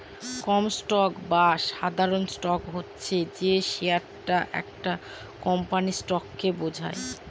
common stock বা সাধারণ stock হচ্ছে যে শেয়ারটা একটা কোম্পানির স্টককে বোঝায়